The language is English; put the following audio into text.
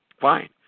Fine